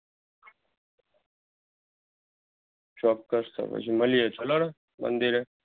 ચોક્કસ તો પછી મલીએ ચાલોને મંદિરે